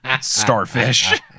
starfish